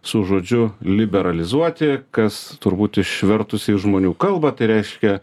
su žodžiu liberalizuoti kas turbūt išvertus į žmonių kalbą tai reiškia